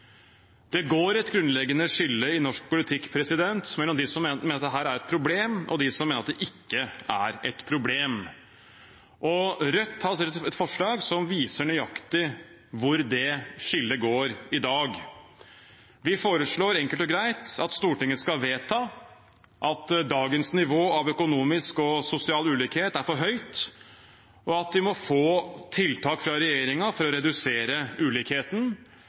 Det går et grunnleggende skille i norsk politikk mellom dem som mener at dette er et problem, og dem som mener at det ikke er et problem. Rødt har selv et forslag som viser nøyaktig hvor det skillet går i dag. Vi foreslår enkelt og greit at Stortinget skal vedta at dagens nivå av økonomisk og sosial ulikhet er for høyt, og at vi må få tiltak fra regjeringen for å redusere ulikheten.